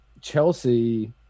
Chelsea